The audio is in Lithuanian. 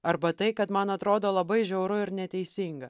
arba tai kad man atrodo labai žiauru ir neteisinga